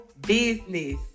business